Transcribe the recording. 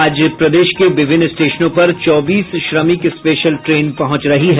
आज प्रदेश के विभिन्न स्टेशनों पर चौबीस श्रमिक स्पेशल ट्रेन पहुंच रही हैं